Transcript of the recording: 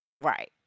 right